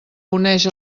uneix